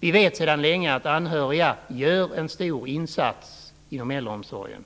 Vi vet sedan länge att anhöriga gör en stor insats inom äldreomsorgen.